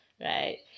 Right